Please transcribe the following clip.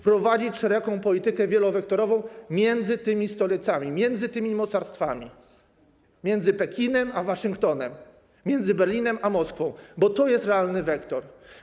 Prowadzić szeroką politykę wielowektorową między tymi stolicami, między tymi mocarstwami, między Pekinem a Waszyngtonem, między Berlinem a Moskwą, bo to jest realny wektor.